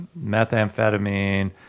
methamphetamine